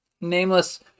Nameless